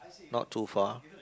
not too far